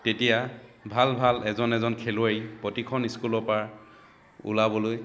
তেতিয়া ভাল ভাল এজন এজন খেলুৱৈ প্ৰতিখন স্কুলৰ পৰা ওলাবলৈ